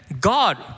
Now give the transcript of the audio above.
God